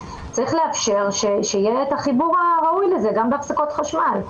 צריך לאפשר שיהיה החיבור הראוי לזה גם בהפסקות חשמל.